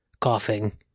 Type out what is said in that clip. coughing